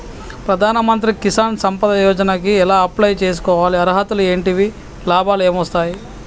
ప్రధాన మంత్రి కిసాన్ సంపద యోజన కి ఎలా అప్లయ్ చేసుకోవాలి? అర్హతలు ఏంటివి? లాభాలు ఏమొస్తాయి?